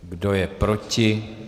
Kdo je proti?